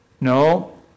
No